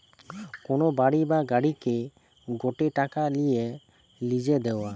কোন বাড়ি বা গাড়িকে গটে টাকা নিয়ে লিসে দেওয়া